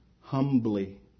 humbly